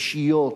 אישיות,